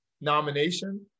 nomination